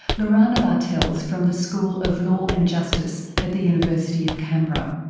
lorana bartels from the school of law and justice at the university of canberra.